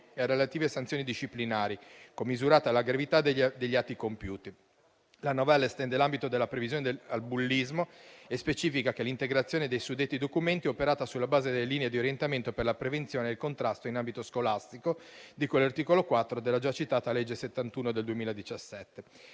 e a relative sanzioni disciplinari, commisurate alla gravità degli atti compiuti. La novella estende l'ambito della previsione al bullismo e specifica che l'integrazione dei suddetti documenti è operata sulla base delle linee di orientamento per la prevenzione e il contrasto in ambito scolastico, di cui all'articolo 4 della già citata legge n. 71 del 2017.